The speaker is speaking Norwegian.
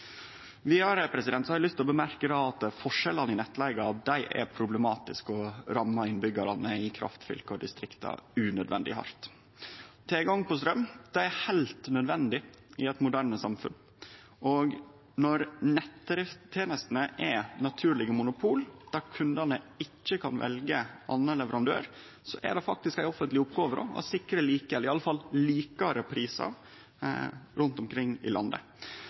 Vidare har eg lyst til å nemne at forskjellane i nettleiga er problematiske og rammar innbyggjarane i kraftfylka og distrikta unødvendig hardt. Tilgang på straum er heilt nødvendig i eit moderne samfunn, og når nettdriftstenestene er naturlege monopol der kundane ikkje kan velje ein annan leverandør, er det faktisk ei offentleg oppgåve å sikre like, eller iallfall likare, prisar rundt omkring i landet.